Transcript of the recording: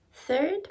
Third